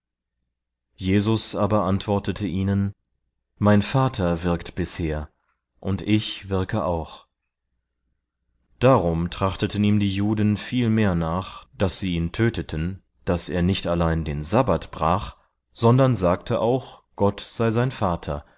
jesus aber antwortete ihnen mein vater wirkt bisher und ich wirke auch darum trachteten ihm die juden viel mehr nach daß sie ihn töteten daß er nicht allein den sabbat brach sondern sagte auch gott sei sein vater